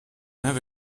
have